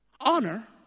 Honor